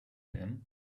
him